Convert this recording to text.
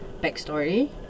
backstory